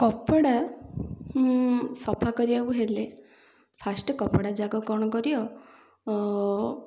କପଡ଼ା ସଫା କରିବାକୁ ହେଲେ ଫାଷ୍ଟ କପଡ଼ାଯାକ କ'ଣ କର